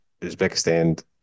Uzbekistan